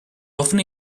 often